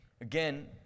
Again